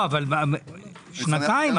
שנתיים.